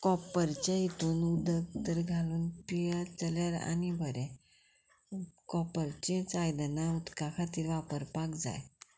कॉपरचें हितून उदक जर घालून पियत जाल्यार आनी बरें कॉपरचींच आयदनां उदका खातीर वापरपाक जाय